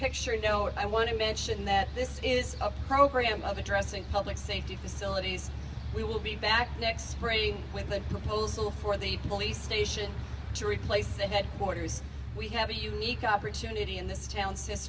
picture you know i want to mention that this is a program of addressing public safety facilities we will be back next spring with a proposal for the police station to replace the headquarters we have a unique opportunity in this town